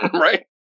right